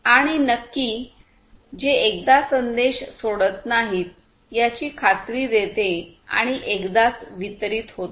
आणि नक्की जे एकदा संदेश सोडत नाही याची खात्री देते आणि एकदाच वितरित होते